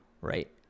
right